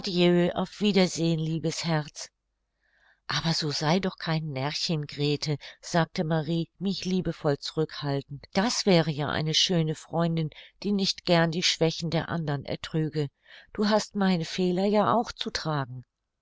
auf wiedersehen liebes herz aber so sei doch kein närrchen grete sagte marie mich liebevoll zurück haltend das wäre eine schöne freundin die nicht gern die schwächen der andern ertrüge du hast meine fehler ja auch zu tragen